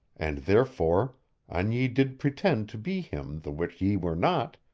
and therefore an ye did pretend to be him the which ye were not,